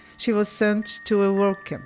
she was sent to a work camp.